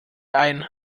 ein